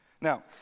Now